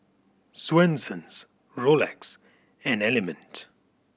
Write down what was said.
Swensens Rolex and Element